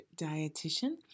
dietitian